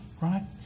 right